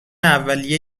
اولیه